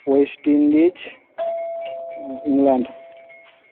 West Indies England